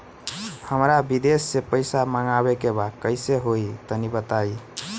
हमरा विदेश से पईसा मंगावे के बा कइसे होई तनि बताई?